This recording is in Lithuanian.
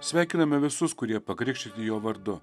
sveikiname visus kurie pakrikštyti jo vardu